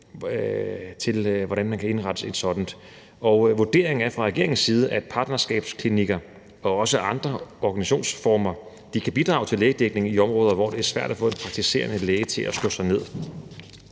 til, hvordan man kan indrette et sådant. Vurderingen fra regeringens side er, at partnerskabsklinikker og også andre organisationsformer kan bidrage til lægedækning i områder, hvor det er svært at få en praktiserende læge til at slå sig ned.